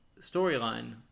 storyline